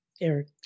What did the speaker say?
Eric